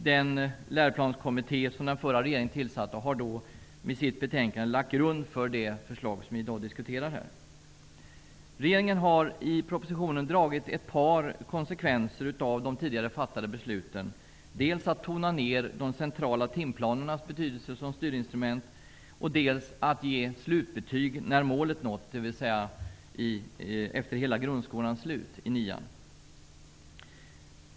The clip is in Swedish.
Den läroplanskommitté som den förra regeringen tillsatte har med sitt betänkande lagt grund för det förslag som vi i dag diskuterar. Regeringen har i propositionen dragit ett par konsekvenser av de tidigare fattade besluten; dels att tona ned de centrala timplanernas betydelse som styrinstrument, dels att ge slutbetyg när målet nåtts, dvs. efter hela grundskolans slut, i nian.